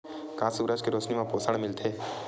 का सूरज के रोशनी म पोषण मिलथे?